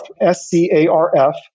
S-C-A-R-F